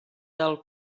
del